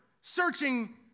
searching